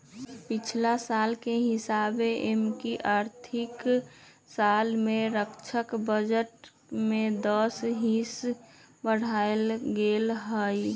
पछिला साल के हिसाबे एमकि आर्थिक साल में रक्षा बजट में दस हिस बढ़ायल गेल हइ